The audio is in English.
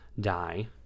die